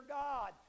god